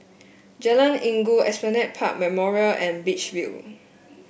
Jalan Inggu Esplanade Park Memorials and Beach View